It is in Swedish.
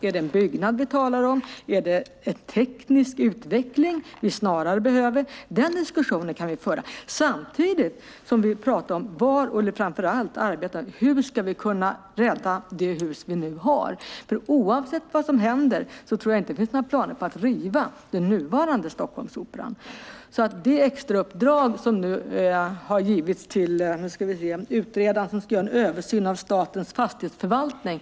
Är det en byggnad vi talar om? Är det snarare teknisk utveckling vi behöver? Den diskussionen kan vi föra samtidigt som vi pratar om och framför allt arbetar med hur vi ska kunna rädda det hus vi nu har. Oavsett vad som händer tror jag nämligen inte att det finns några planer på att riva den nuvarande Stockholmsoperan. Det har nu givits ett extrauppdrag till den utredare som ska göra en översyn av statens fastighetsförvaltning.